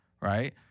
right